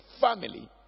family